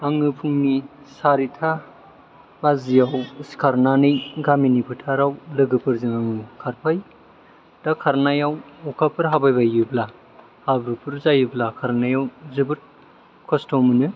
आङो फुंनि सारिथा बाजियाव सिखारनानै गामिनि फोथाराव लोगोफोरजों आं खारफायो दा खारनायाव अखाफोर हाबाय बायोब्ला हाब्रुफोर जाबाय बायोब्ला खारनायाव जोबोद खस्थ' मोनो